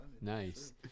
Nice